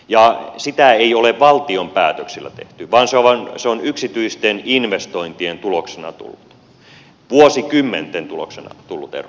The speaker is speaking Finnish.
ja sitä ei ole valtion päätöksillä tehty vaan se on yksityisten investointien tuloksena tullut vuosikymmenten tuloksena tullut ero